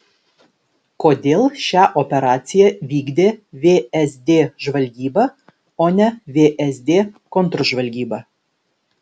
kodėl šią operaciją vykdė vsd žvalgyba o ne vsd kontržvalgyba